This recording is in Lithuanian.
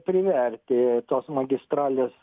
priverti tos magistralės